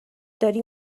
داری